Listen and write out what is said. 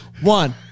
One